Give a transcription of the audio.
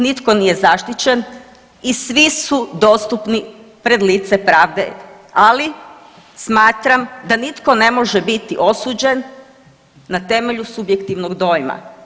Nitko nije zaštićen i svi su dostupni pred lice pravde, ali smatram da nitko ne može biti osuđen na temelju subjektivnog dojma.